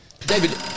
David